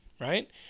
right